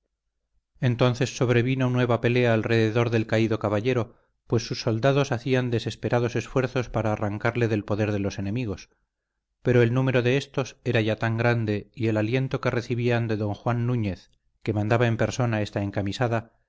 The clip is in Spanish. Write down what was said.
entonces sobrevino nueva pelea alrededor del caído caballero pues sus soldados hacían desesperados esfuerzos para arrancarle del poder de los enemigos pero el número de éstos era ya tan grande y el aliento que recibían de don juan núñez que mandaba en persona esta encamisada